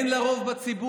אין לה רוב בציבור.